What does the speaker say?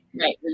right